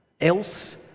else